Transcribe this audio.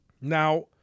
Now